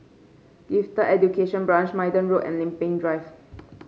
Gifted Education Branch Minden Road and Lempeng Drive